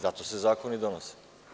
Zato se zakoni donosi.